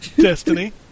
Destiny